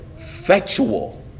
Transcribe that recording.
effectual